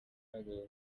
kaga